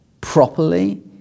properly